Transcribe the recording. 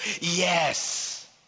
Yes